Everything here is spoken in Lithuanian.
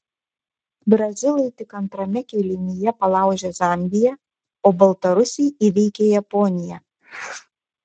brazilai tik antrame kėlinyje palaužė zambiją o baltarusiai įveikė japoniją